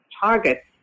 targets